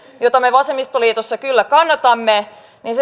jota me vasemmistoliitossa kyllä kannatamme